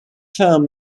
firm